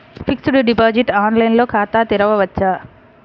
Fixed deposit online ఖాతా తెరువవచ్చా?